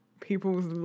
people's